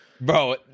Bro